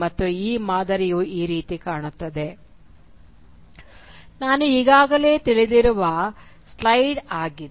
ಮತ್ತು ಈ ಮಾದರಿಯು ಈ ರೀತಿ ಕಾಣುತ್ತದೆ ಇದು ಈಗಾಗಲೇ ತಿಳಿದಿರುವ ಸ್ಲೈಡ್ ಆಗಿದೆ